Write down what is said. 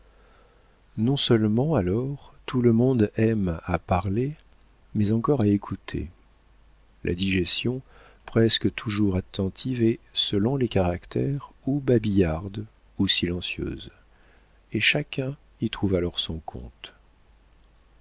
main non-seulement alors tout le monde aime à parler mais encore à écouter la digestion presque toujours attentive est selon les caractères ou babillarde ou silencieuse et chacun y trouve alors son compte